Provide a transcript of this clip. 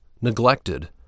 neglected